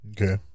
Okay